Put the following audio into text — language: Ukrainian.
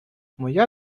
моя